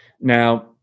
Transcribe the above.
Now